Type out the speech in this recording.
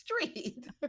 street